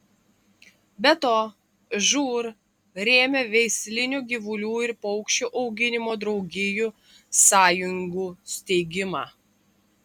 be to žūr rėmė veislinių gyvulių ir paukščių auginimo draugijų sąjungų steigimą